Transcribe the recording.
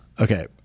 Okay